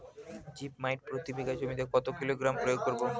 Zip মাইট প্রতি বিঘা জমিতে কত কিলোগ্রাম প্রয়োগ করব?